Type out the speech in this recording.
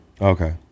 Okay